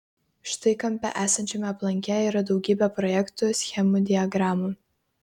štai kampe esančiame aplanke yra daugybė projektų schemų diagramų